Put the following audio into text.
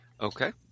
okay